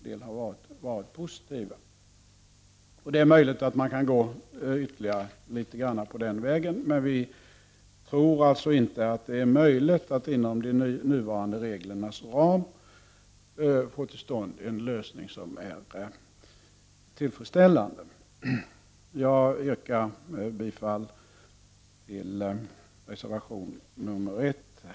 Det är möjligt att man kan gå ytterligare litet grann på den vägen, men vi tror alltså inte att det är möjligt att inom de nuvarande reglernas ram få till stånd en lösning som är tillfredsställande. Herr talman! Jag yrkar bifall till reservation 1.